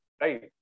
Right